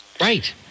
Right